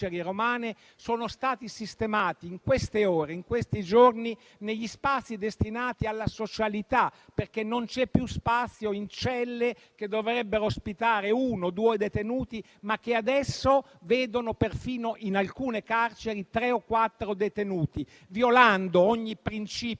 sono stati sistemati in queste ore e in questi giorni negli spazi destinati alla socialità, perché non c'è più spazio in celle che dovrebbero ospitare uno o due detenuti, ma che adesso vedono perfino, in alcune carceri, tre o quattro detenuti, violando ogni principio